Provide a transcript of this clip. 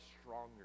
stronger